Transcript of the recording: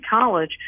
college